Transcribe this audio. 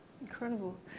Incredible